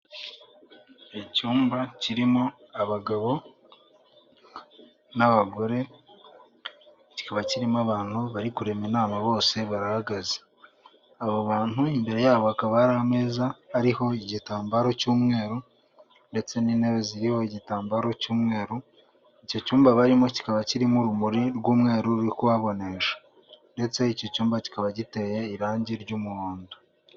Icyumba kirimo abagabo n'abagore, kikaba kirimo abantu bari kurema inama, bose barahagaze. Aba bantu imbere yabo hakaba hari ameza ariho igitambaro cy'umweru ndetse n'intebe ziriho igitambaro cy'umweru, icyo cyumba barimo kikaba kirimo urumuri rw'umweru ruri kuhabonesha ndetse iki cyumba kikaba giteye irangi ry'umuhondo.